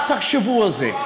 רק תחשבו על זה.